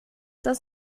das